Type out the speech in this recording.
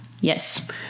Yes